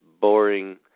boring